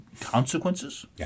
consequences